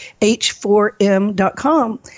h4m.com